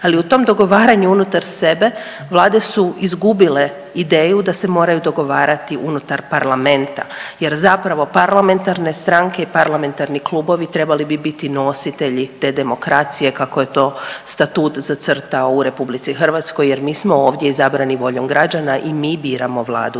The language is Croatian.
Ali u tom dogovaranju unutar sebe Vlade su izgubile ideju da se moraju dogovarati unutar Parlamenta jer zapravo parlamentarne stranke i parlamentarni klubovi trebali bi biti nositelji te demokracije kako je to Statut zacrtao u Republici Hrvatskoj, jer mi smo ovdje izabrani voljom građana i mi biramo Vladu